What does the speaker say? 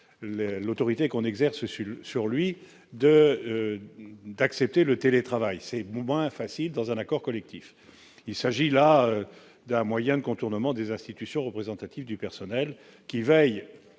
l'autorité qu'on exerce sur sur lui de d'accepter le télétravail, c'est moins facile dans un accord collectif, il s'agit là d'un moyen de contournement des institutions représentatives du personnel, qui veille